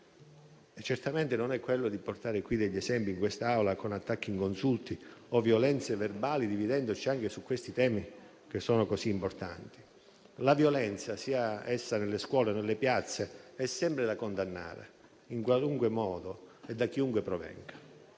ma certamente non portando qui in quest'Aula esempi di attacchi inconsulti e violenze verbali, dividendoci anche su questi temi che sono così importanti. La violenza, sia essa nelle scuole o nelle piazze, è sempre da condannare, in qualunque modo e da chiunque provenga,